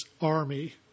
army